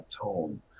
tone